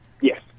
Yes